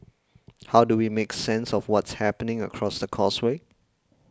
how do we make sense of what's happening across the causeway